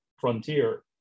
frontier